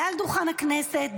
מעל דוכן הכנסת,